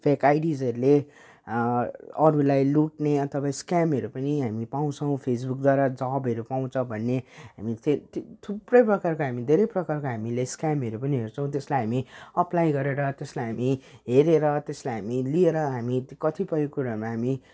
fake आइडिजहरूले अरूलाई लुट्ने अथवा स्केमहरू पनि हामी पाउँछौँ फेसबुकद्वारा जबहरू पाउँछ भन्ने हामी फेक थुप्रै प्रकारको हामी धेरै प्रकारको हामीले स्केमहरू पनि हेर्छौँ त्यसलाई हामी अप्लाई गरेर त्यसलाई हामी हेरेर त्यसलाई हामी लिएर हामी कतिपय कुराहरूमा हामी